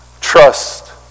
trust